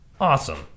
Awesome